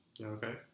Okay